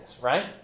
right